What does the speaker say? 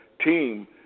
team